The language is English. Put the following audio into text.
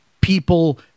people